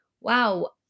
wow